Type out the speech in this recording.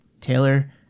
Taylor